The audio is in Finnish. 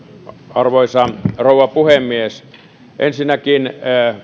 arvoisa rouva puhemies ensinnäkään